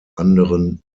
anderen